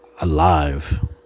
Alive